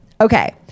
Okay